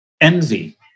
envy